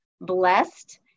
blessed